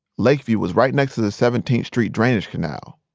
lakeview was right next to the seventeenth street drainage canal.